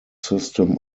system